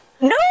No